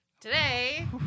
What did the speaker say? Today